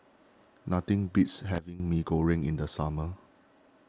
nothing beats having Mee Goreng in the summer